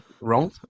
Wrong